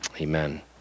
amen